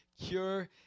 cure